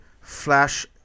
flash